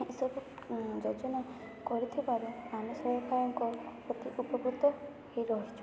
ଏସବୁ ଯୋଜନା କରିଥିବାରୁ ଆମେ ସରକାରଙ୍କ ପ୍ରତି ଉପକୃତ ହୋଇରହିଛୁ